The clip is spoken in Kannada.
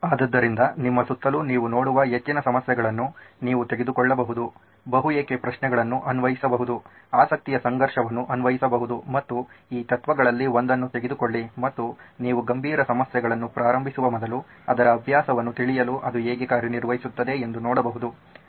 ಆದ್ದರಿಂದ ನಿಮ್ಮ ಸುತ್ತಲೂ ನೀವು ನೋಡುವ ಹೆಚ್ಚಿನ ಸಮಸ್ಯೆಗಳನ್ನು ನೀವು ತೆಗೆದುಕೊಳ್ಳಬಹುದು ಬಹು ಏಕೆ ಪ್ರಶ್ನೆಗಳನ್ನು ಅನ್ವಯಿಸಬಹುದು ಆಸಕ್ತಿಯ ಸಂಘರ್ಷವನ್ನು ಅನ್ವಯಿಸಬಹುದು ಮತ್ತು ಈ ತತ್ವಗಳಲ್ಲಿ ಒಂದನ್ನು ತೆಗೆದುಕೊಳ್ಳಿ ಮತ್ತು ನೀವು ಗಂಭೀರ ಸಮಸ್ಯೆಗಳನ್ನು ಪ್ರಾರಂಭಿಸುವ ಮೊದಲು ಅದರ ಅಭ್ಯಾಸವನ್ನು ತಿಳಿಯಲು ಅದು ಹೇಗೆ ಕಾರ್ಯನಿರ್ವಹಿಸುತ್ತದೆ ಎಂದು ನೋಡಬಹುದು